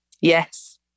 Yes